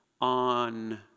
on